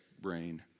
brain